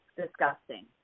disgusting